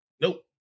Nope